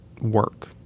work